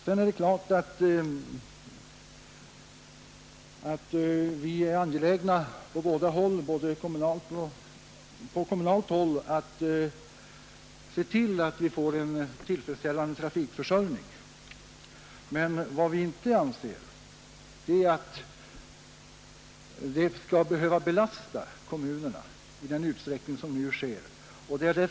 Det är klart att vi på kommunalt håll är angelägna att se till att det blir en tillfredsställande trafikförsörjning. Men vi anser inte att kostnaderna skall behöva belasta kommunerna i den utsträckning som nu sker.